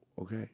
okay